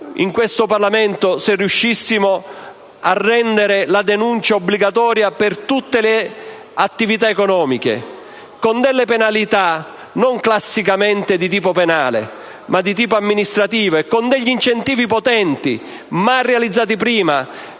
in questo Parlamento se riuscissimo a rendere la denuncia obbligatoria per tutte le attività economiche con sanzioni non classicamente di tipo penale, ma di tipo amministrativo, e con incentivi potenti, mai realizzati prima,